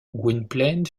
gwynplaine